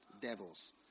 devils